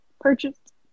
purchased